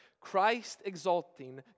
Christ-exalting